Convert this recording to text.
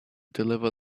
deliver